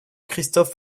christophe